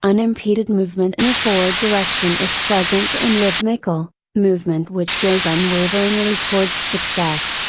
unimpeded movement in a forward direction is pleasant and rhythmical, movement which goes unwaveringly towards success.